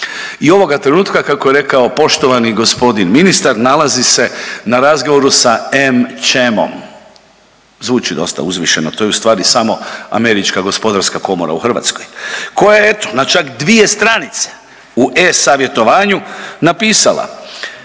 I ovoga trenutka kako je rekao poštovani gospodin ministar nalazi se na razgovoru sa Amcham-om zvuči dosta uzvišeno. To je ustvari samo američka gospodarska komora u Hrvatskoj koja je eto na čak dvije stranice u e-savjetovanju napisala: